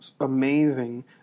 amazing